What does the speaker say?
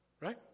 right